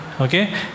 okay